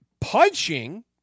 punching